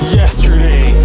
yesterday